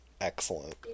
excellent